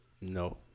No